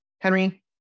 Henry